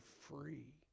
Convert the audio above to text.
free